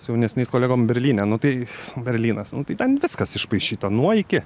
su jaunesniais kolegom berlyne nu tai berlynas nu tai ten viskas išpaišyta nuo iki